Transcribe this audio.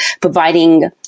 providing